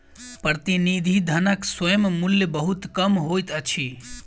प्रतिनिधि धनक स्वयं मूल्य बहुत कम होइत अछि